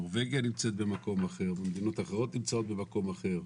נורבגיה נמצאת במקום אחר ומדינות אחרות נמצאות במקום אחר,